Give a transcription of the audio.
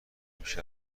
بیش